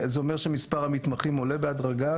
זה אומר שמספר המתמחים עולה בהדרגה,